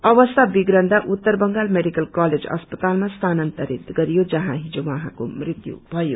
अवस्था बिर्गदा उत्तर बांगल मेडिकल कलेज अस्पतालमा सीन्तरित गरियो जहाँ हिजो उहाँको मृत्यु भयो